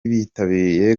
bitabiriye